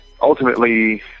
ultimately